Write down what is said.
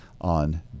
on